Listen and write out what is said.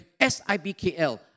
SIBKL